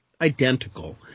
identical